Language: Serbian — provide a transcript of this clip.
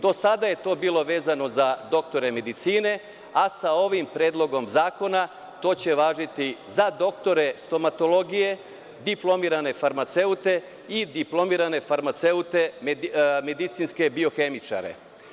Do sada je to bilo vezano za doktore medicine, a sa ovim predlogom zakona to će važiti za doktore stomatologije, diplomirane farmaceute i diplomirane farmaceute medicinske biohemičare.